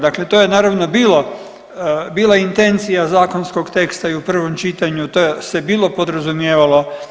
Dakle, to je naravno bila intencija zakonskog teksta i u prvom čitanju, to se bilo podrazumijevalo.